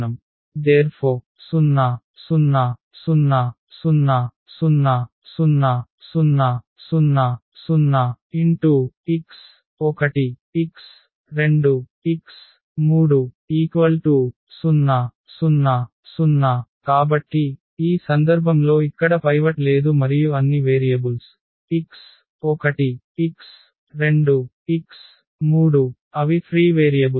⟹0 0 0 0 0 0 0 0 0 x1 x2 x3 0 0 0 కాబట్టి ఈ సందర్భంలో ఇక్కడ పైవట్ లేదు మరియు అన్ని వేరియబుల్స్ x1 x2 x3 అవి ఫ్రీ వేరియబుల్స్